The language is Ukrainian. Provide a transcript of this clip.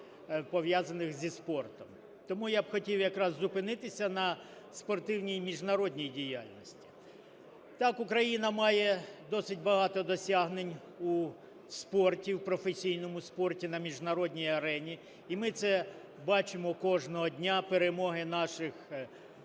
пов'язаних зі спортом. Тому я б хотів якраз зупинитися на спортивній міжнародній діяльності. Так, Україна має досить багато досягнень у спорті, у професійному спорті на міжнародній арені, і ми це бачимо кожного дня, перемоги наших тенісистів,